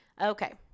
okay